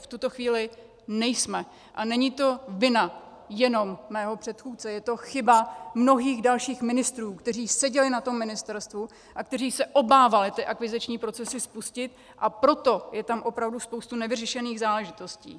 V tuto chvíli nejsme a není to vina jenom mého předchůdce, je to chyba mnohých dalších ministrů, kteří seděli na tom ministerstvu a kteří se obávali ty akviziční procesy spustit, a proto je tam opravdu spousta nevyřešených záležitostí.